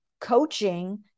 coaching